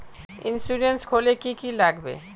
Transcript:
Insurance खोले की की लगाबे?